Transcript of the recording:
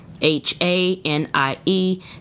h-a-n-i-e